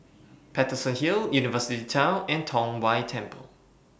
Paterson Hill University Town and Tong Whye Temple